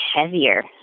heavier